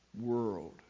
world